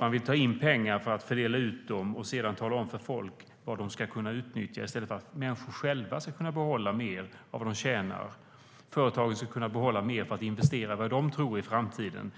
Man vill ta in pengar för att fördela ut dem och sedan tala om för folk vad de ska kunna utnyttja, i stället för att människor själva ska kunna behålla mer av vad de tjänar och företagen ska kunna behålla mer för att investera i vad de tror är framtiden.